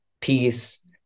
peace